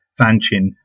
Sanchin